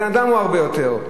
הוא הרבה יותר גדול.